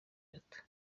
bato